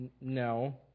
No